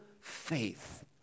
faith